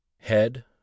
head